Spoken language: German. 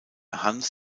hans